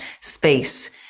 space